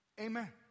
Amen